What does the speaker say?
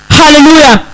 hallelujah